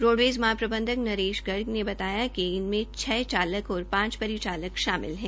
roadways महाप्रबंधक नरेश गर्ग ने बताया कि इनमे छ चालकों और पाचं परिचालक शामिल है